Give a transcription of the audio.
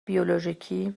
بیولوژیکی